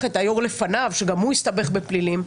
את היושב ראש לפניו שגם הוא הסתבך בפלילים,